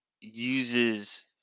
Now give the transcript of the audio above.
uses